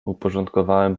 uporządkowałem